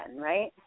right